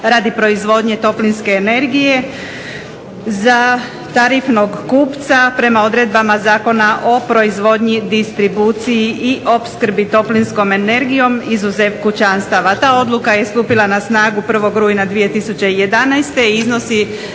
radi proizvodnje toplinske energije za tarifnog kupca prema odredbama Zakona o proizvodnji, distribuciji i opskrbi toplinskom energijom izuzev kućanstava. Ta odluka je stupila na snagu 1. rujna 2011.